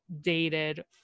dated